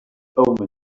omen